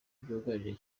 byugarije